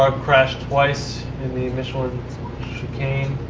ah crashed twice in the michelin chicane.